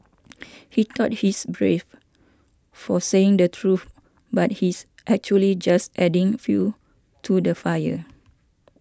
he thought he's brave for saying the truth but he's actually just adding fuel to the fire